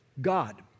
God